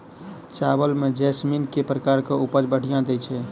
चावल म जैसमिन केँ प्रकार कऽ उपज बढ़िया दैय छै?